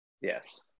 Yes